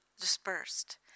dispersed